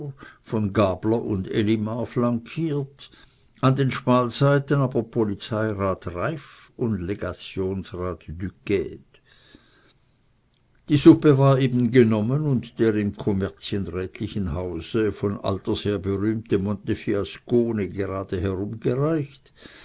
von gabler und elimar flankiert an den schmalseiten aber polizeirat reiff und legationsrat duquede die suppe war eben genommen und der im kommerzienrätlichen hause von alter zeit her berühmte montefiascone gerade